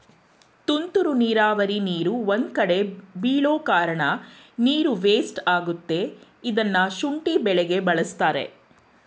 ತುಂತುರು ನೀರಾವರಿ ನೀರು ಒಂದ್ಕಡೆ ಬೀಳೋಕಾರ್ಣ ನೀರು ವೇಸ್ಟ್ ಆಗತ್ತೆ ಇದ್ನ ಶುಂಠಿ ಬೆಳೆಗೆ ಬಳಸ್ತಾರೆ